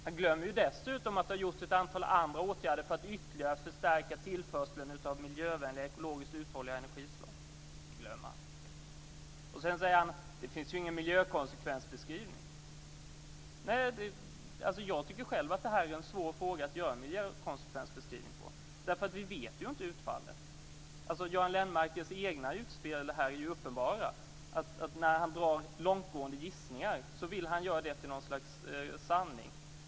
Han glömmer dessutom att det har vidtagits ett antal andra åtgärder för att ytterligare förstärka tillförseln av miljövänliga, ekologiskt uthålliga energislag. Sedan säger han: Det finns ju ingen miljökonsekvensbeskrivning. Jag tycker själv att detta är en svår fråga när det gäller att göra miljökonsekvensbeskrivning, därför att vi vet ju inte utfallet. Göran Lennmarkers egna utspel här är ju uppenbara. När han gör långtgående gissningar vill han göra dem till något slags sanning.